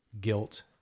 guilt